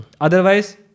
otherwise